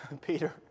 Peter